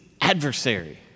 adversary